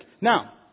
Now